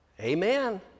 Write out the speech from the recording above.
Amen